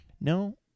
No